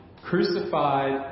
crucified